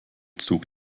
zog